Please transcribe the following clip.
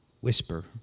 whisper